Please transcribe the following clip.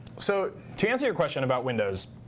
so to answer your question about windows,